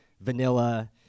vanilla